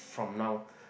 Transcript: from now